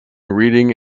reading